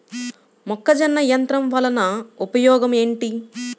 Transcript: మొక్కజొన్న యంత్రం వలన ఉపయోగము ఏంటి?